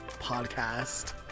podcast